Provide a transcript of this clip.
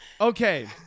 Okay